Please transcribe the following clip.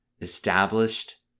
established